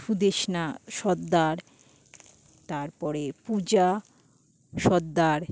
সুদেষ্ণা সর্দার তারপরে পুজা সর্দার